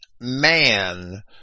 man